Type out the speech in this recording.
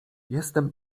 jestem